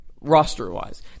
roster-wise